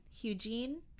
Eugene